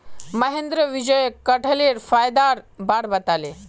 महेंद्र विजयक कठहलेर फायदार बार बताले